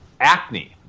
acne